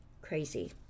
crazy